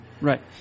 Right